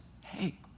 hey